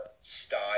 style